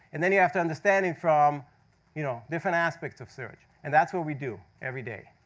and then you have to understand it from you know different aspects of search. and that's what we do every day.